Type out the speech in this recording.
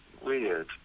weird